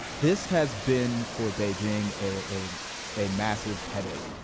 this has been for beijing a a massive headache.